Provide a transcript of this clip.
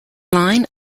line